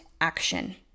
action